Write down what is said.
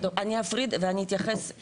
אני אפריד ואני אתייחס,